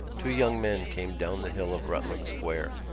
two young men came down the hill of rutland square.